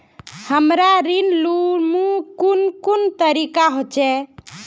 हमरा ऋण लुमू कुन कुन तरीका होचे?